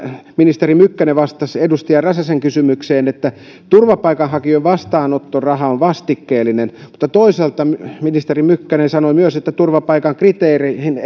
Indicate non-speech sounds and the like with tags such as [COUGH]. ministeri mykkänen vastasi edustaja räsäsen kysymykseen että turvapaikanhakijoiden vastaanottoraha on vastikkeellinen mutta toisaalta ministeri mykkänen sanoi myös että turvapaikan kriteereihin [UNINTELLIGIBLE]